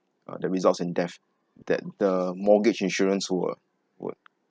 uh that results in death that the mortgage insurance will will